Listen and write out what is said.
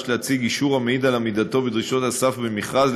להציג אישור המעיד על עמידתו בדרישות הסף למכרז,